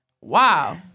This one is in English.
Wow